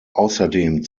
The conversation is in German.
außerdem